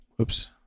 Oops